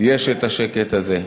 יש השקט הזה.